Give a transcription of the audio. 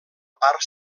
part